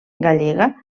gallega